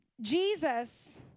Jesus